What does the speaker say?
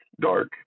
dark